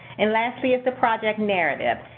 and lastly, is the project narrative.